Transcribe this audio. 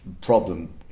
problem